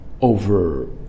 over